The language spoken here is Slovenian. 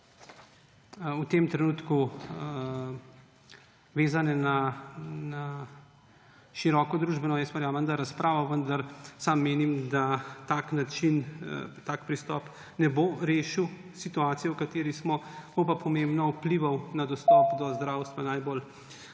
v tem trenutku vezane na široko družbeno razpravo, vendar sam menim, da tak pristop ne bo rešil situacije, v kateri smo, bo pa pomembno vplival na dostop do zdravstva najbolj